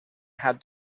had